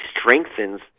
strengthens